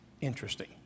Interesting